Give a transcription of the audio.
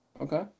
Okay